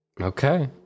Okay